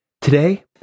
Today